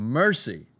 mercy